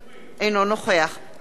אינו נוכח אחמד טיבי,